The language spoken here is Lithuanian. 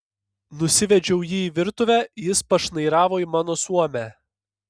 nusivedžiau jį į virtuvę jis pašnairavo į mano suomę